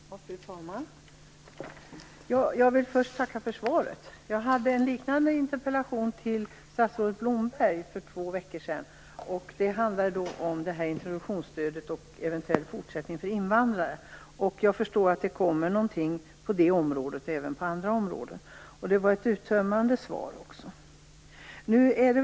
Fru talman! Jag vill först tacka för svaret. Jag framställde en liknande interpellation till statsrådet Blomberg för två veckor sedan. Den handlade om introduktionsstödet och en eventuell fortsättning för invandrare. Jag förstår att det är någonting på gång på det området och även på andra områden. Det var ett uttömmande svar.